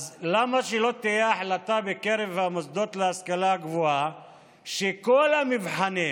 אז למה שלא תהיה החלטה בקרב המוסדות להשכלה גבוהה שבכל המבחנים